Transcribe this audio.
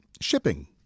shipping